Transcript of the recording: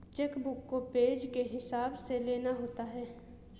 check book को page के हिसाब से लेना होता है